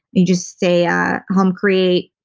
you just say ah helm create,